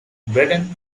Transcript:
britain